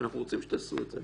אנחנו רוצים שתעשו את זה.